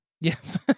Yes